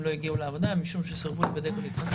לא הגיעו לעבודה משום שסירבו להיבדק או להתחסן.